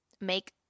make